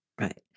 right